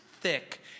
thick